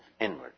inward